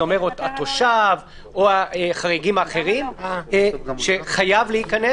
זה אומר התושב או החריגים האחרים שחייב להיכנס,